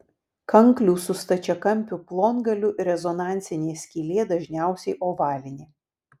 kanklių su stačiakampiu plongaliu rezonansinė skylė dažniausiai ovalinė